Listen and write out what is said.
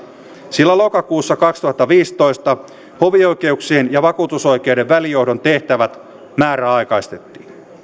sillä lokakuussa kaksituhattaviisitoista hovioikeuksien ja vakuutusoikeuden välijohdon tehtävät määräaikaistettiin